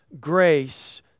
grace